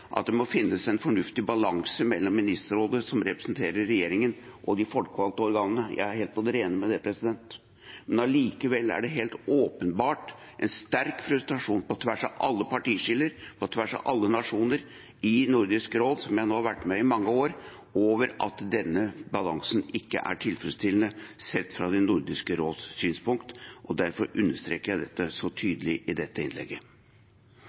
at det må finnes en fornuftig balanse mellom Ministerrådet, som representerer regjeringen, og de folkevalgte organene. Likevel er det helt åpenbart en sterk frustrasjon på tvers av alle partiskiller og på tvers av alle nasjoner i Nordisk råd, der jeg nå har vært med i mange år, over at denne balansen ikke er tilfredsstillende fra Nordisk råds synspunkt. Derfor understreker jeg dette så tydelig i dette innlegget.